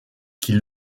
qui